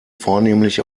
vornehmlich